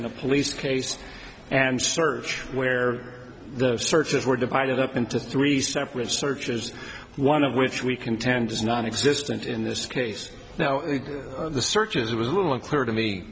in a police case and search where the searches were divided up into three separate searches one of which we contend is nonexistent in this case now the search as it was a little unclear to me